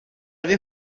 dvě